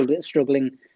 struggling